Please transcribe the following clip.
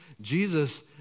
Jesus